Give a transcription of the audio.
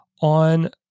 on